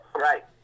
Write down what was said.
Right